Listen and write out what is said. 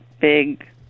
big